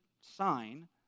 sign